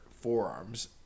forearms